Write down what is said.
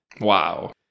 Wow